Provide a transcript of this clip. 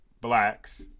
Blacks